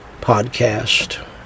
podcast